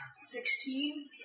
Sixteen